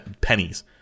pennies